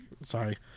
Sorry